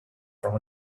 from